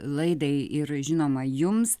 laidai ir žinoma jums